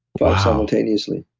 five simultaneously.